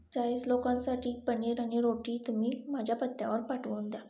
चाळीस लोकांसाठी पनीर आणि रोटी तुम्ही माझ्या पत्त्यावर पाठवून द्या